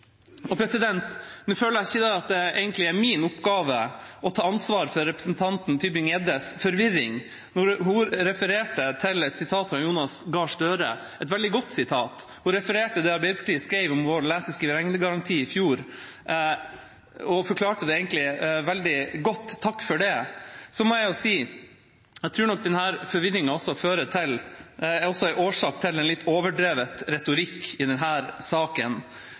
føler ikke at det er min oppgave å ta ansvaret for representanten Mathilde Tybring-Gjeddes forvirring. Hun refererte til et sitat fra Jonas Gahr Støre – et veldig godt sitat – og det som Arbeiderpartiet skrev om sin lese-, skrive- og regnegaranti i fjor, og forklarte det egentlig veldig godt. – Takk for det! Jeg tror nok denne forvirringen også er årsaken til en litt overdreven retorikk i denne saken. Forslaget i den saken vi behandler i dag, dreier seg om at skolene skal følge opp elever i